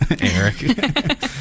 Eric